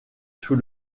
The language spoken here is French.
sous